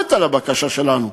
ונענית לבקשה שלנו,